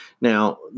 Now